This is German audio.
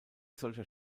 solcher